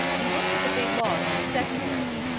he looked at the big log on the set carriage.